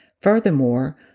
Furthermore